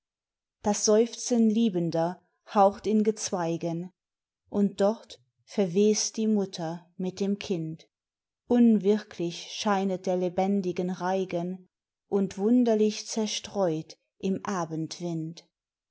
das seufzen liebender haucht in gezweigen und dort verwest die mutter mit dem kind unwirklich scheinet der lebendigen reigen und wunderlich zerstreut im abendwind